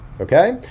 okay